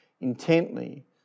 intently